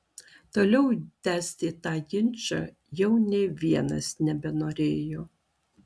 toliau tęsti tą ginčą jau nė vienas nebenorėjo